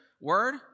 word